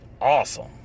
awesome